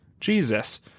Jesus